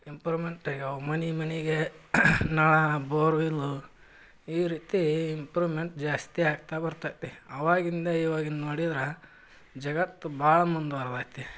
improvement ಆಗ್ಯವೆ ಮನೆ ಮನೆಗೆ ನಾ ಬೋರ್ವೆಲ್ಲು ಈ ರೀತಿ ಇಂಪ್ರೂವ್ಮೆಂಟ್ ಜಾಸ್ತಿ ಆಗ್ತಾ ಬರ್ತೈತಿ ಅವಾಗಿಂದ ಇವಾಗಿಂದು ನೋಡಿದ್ರೆ ಜಗತ್ತು ಭಾಳ ಮುಂದುವರ್ದೈತಿ